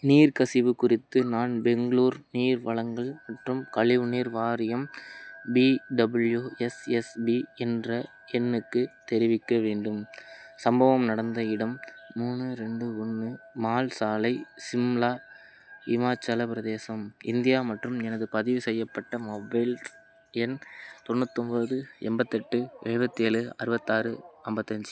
நீர் கசிவு குறித்து நான் பெங்களூர் நீர் வழங்கல் மற்றும் கழிவுநீர் வாரியம் பிடபிள்யூஎஸ்எஸ்பி என்ற எண்ணுக்கு தெரிவிக்க வேண்டும் சம்பவம் நடந்த இடம் மூணு ரெண்டு ஒன்று மால் சாலை சிம்லா இமாச்சலப் பிரதேசம் இந்தியா மற்றும் எனது பதிவு செய்யப்பட்ட மொபைல்ஸ் எண் தொண்ணூத்தொம்பது எண்பத்தெட்டு எழுபத்தி ஏழு அறுபத்தாறு ஐம்பத்தஞ்சி